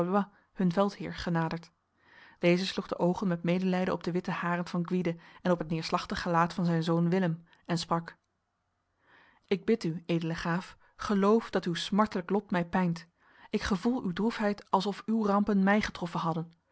hun veldheer genaderd deze sloeg de ogen met medelijden op de witte haren van gwyde en op het neerslachtig gelaat van zijn zoon willem en sprak ik bid u edele graaf geloof dat uw smartlijk lot mij pijnt ik gevoel uw droefheid alsof uw rampen mij getroffen hadden